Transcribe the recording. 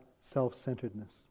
self-centeredness